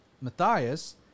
Matthias